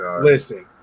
listen